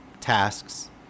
tasks